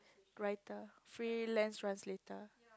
writer freelance translator